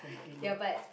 ya but